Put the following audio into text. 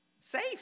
safe